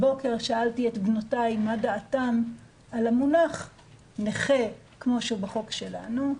הבוקר שאלתי את בנותיי מה דעתן על המונח "נכה" כמו בחוק שלנו,